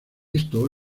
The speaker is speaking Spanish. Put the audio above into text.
esto